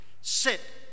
Sit